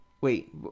Wait